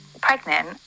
pregnant